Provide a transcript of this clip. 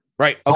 Right